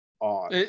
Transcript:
on